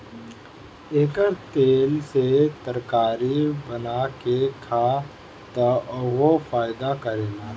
एकर तेल में तरकारी बना के खा त उहो फायदा करेला